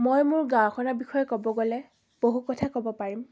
মই মোৰ গাঁওখনৰ বিষয়ে ক'ব গ'লে বহু কথা ক'ব পাৰিম